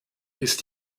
ist